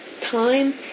time